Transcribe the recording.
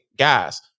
guys